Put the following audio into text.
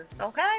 okay